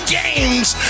games